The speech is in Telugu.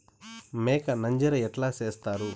మేక నంజర ఎట్లా సేస్తారు?